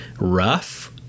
rough